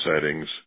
settings